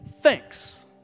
thanks